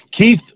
Keith